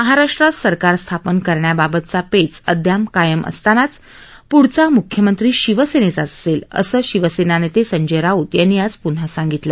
महाराष्ट्रात सरकार स्थापन करण्याबाबतचा पव्व अद्याप कायम असतानाच प्रढचा मृख्यमंत्री शिवसन्नच्चाच असन्न असं शिवसन्ना नव संजय राऊत यांनी आज प्न्हा सांगितलं